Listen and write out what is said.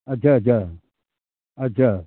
अच्छा अच्छा अच्छा